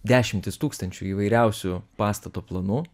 dešimtis tūkstančių įvairiausių pastato planų